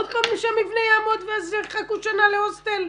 עוד פעם שהמבנה יעמוד ואז לחכות שנה להוסטל?